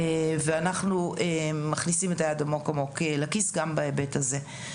ואנחנו מכניסים את היד עמוק לכיס גם בהיבט הזה.